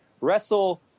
wrestle